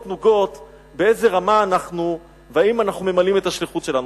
נוגות באיזו רמה אנחנו והאם אנחנו ממלאים את השליחות שלנו.